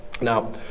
Now